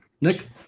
Nick